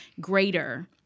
greater